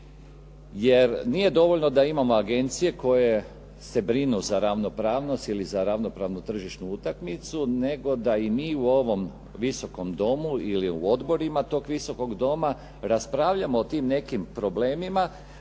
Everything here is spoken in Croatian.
jer nije dovoljno da imamo agencije koje se brinu za ravnopravnost ili za ravnopravnu tržištu utakmicu nego da i mi u ovom Visokom domu ili u odborima tog Visokog doma raspravljamo o tim nekim problemima